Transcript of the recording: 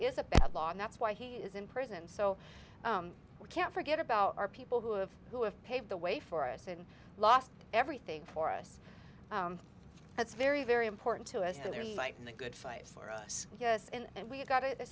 is a bad law and that's why he is in prison so we can't forget about our people who have who have paved the way for us and lost everything for us that's very very important to us they're like the good fight for us yes and we have got